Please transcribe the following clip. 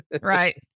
Right